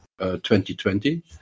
2020